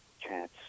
chance